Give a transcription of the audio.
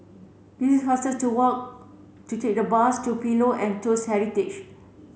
it is faster to walk to take the bus to Pillows and Toast Heritage